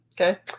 Okay